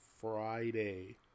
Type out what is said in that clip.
Friday